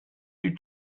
you